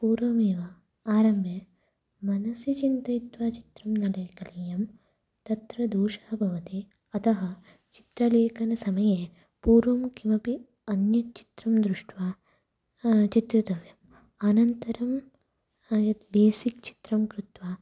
पूर्वमेव आरम्भे मनसि चिन्तयित्वा चित्रं न लेखनीयं तत्र दोषः भवति अतः चित्रलेखनसमये पूर्वं किमपि अन्यत् चित्रं दृष्ट्वा चित्रितव्यम् अनन्तरं यत् बेसिक् चित्रं कृत्वा